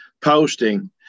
posting